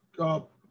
up